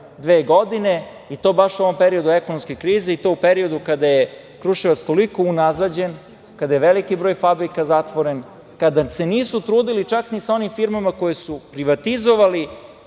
dve godine, i to baš u ovom periodu ekonomske krize, i to u periodu kada je Kruševac toliko unazađen, kada je veliki broj fabrika zatvoren, kada se nisu trudili čak ni sa onim firmama koje su privatizovali